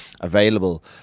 available